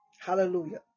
hallelujah